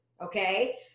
okay